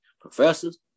professors